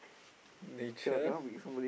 nature